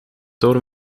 door